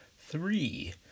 three